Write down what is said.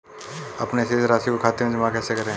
अपने शेष राशि को खाते में जमा कैसे करें?